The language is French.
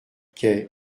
quai